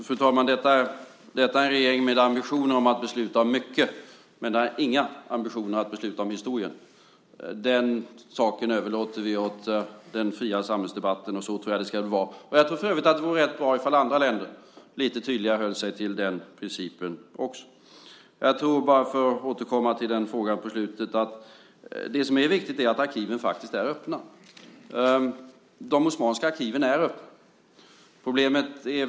Fru talman! Vi har en regering med ambitionen att besluta om mycket, men den har inga ambitioner att besluta om historien. Den saken överlåter vi åt den fria samhällsdebatten, och så tror jag att det ska vara. Jag tror för övrigt att det vore bra ifall även andra länder lite tydligare höll sig till den principen. För att återkomma till det som togs upp i slutet vill jag säga att arkiven faktiskt är öppna. De osmanska arkiven är öppna. Det är viktigt att veta.